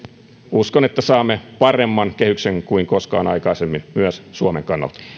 uskon että saamme paremman kehyksen kuin koskaan aikaisemmin myös suomen kannalta